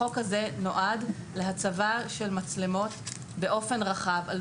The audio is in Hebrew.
החוק הזה נועד להצבה של מצלמות באופן רחב,